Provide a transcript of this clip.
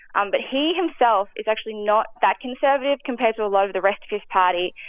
um but he himself is actually not that conservative compared to a lot of the rest of his party.